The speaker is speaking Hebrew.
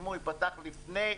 אם הוא ייפתח לפני,